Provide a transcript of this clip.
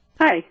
Hi